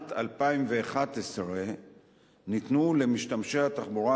בשנת 2011 ניתנו למשתמשי התחבורה